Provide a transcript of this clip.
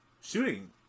shooting